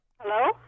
Hello